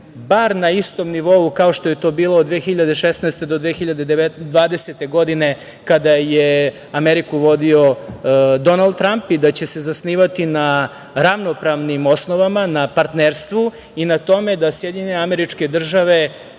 bar na istom nivou, kao što je to bilo od 2016. do 2020. godine kada je Ameriku vodio Donald Tramp i da će se zasnivati na ravnopravnim osnovama, na partnerstvu i na tome da SAD, kroz